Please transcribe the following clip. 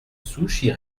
sushi